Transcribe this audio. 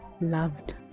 loved